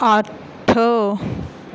ਅੱਠ